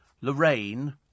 Lorraine